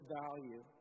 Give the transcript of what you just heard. value